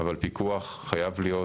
אבל פיקוח חייב להיות.